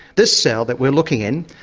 this cell that we're looking in,